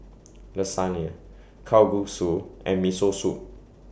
Lasagne Kalguksu and Miso Soup